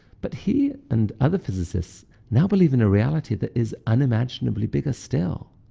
but he and other physicists now believe in a reality that is unimaginably bigger still.